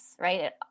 right